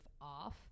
off